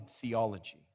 theology